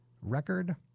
record